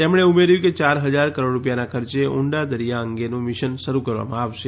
તેમણે ઉમેર્યું કે ચાર હજાર કરોડ રૂપિયાના ખર્ચે ઊંડા દરિયા અંગેનું મિશન શરૂ કરવામાં આવશે